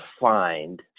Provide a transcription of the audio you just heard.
find